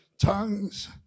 tongues